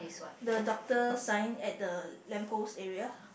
the doctor sign at the lamp post area